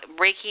Reiki